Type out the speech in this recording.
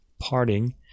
parting